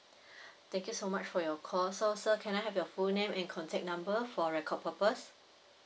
thank you so much for your call so sir can I have your full name and contact number for record purpose